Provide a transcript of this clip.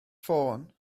ffôn